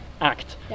act